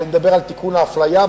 אני מדבר על תיקון האפליה,